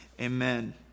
Amen